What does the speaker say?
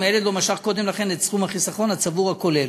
אם הילד לא משך קודם לכן את סכום החיסכון הצבור הכולל,